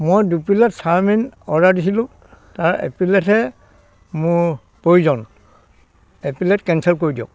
মই দুপিলেট chowmein order দিছিলোঁ তাৰ এপিলেটহে মোৰ প্ৰয়োজন এপিলেট কেনচেল কৰি দিয়ক